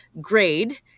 grade